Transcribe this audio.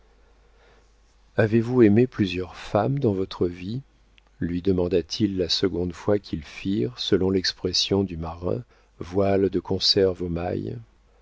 avez-vous aimé plusieurs femmes dans votre vie lui demanda-t-il la seconde fois qu'ils firent selon l'expression du marin voile de conserve au mail